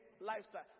lifestyle